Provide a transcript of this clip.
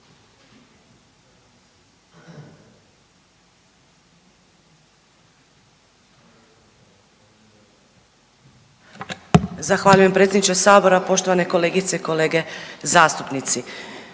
Zahvaljujem potpredsjedniče sabora. Poštovane kolegice i kolege zastupnici,